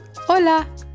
Hola